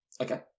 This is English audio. Okay